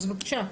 אז בבקשה.